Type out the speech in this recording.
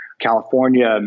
California